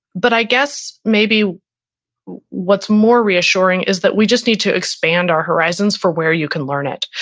but i guess maybe what's more reassuring is that we just need to expand our horizons for where you can learn it.